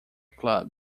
club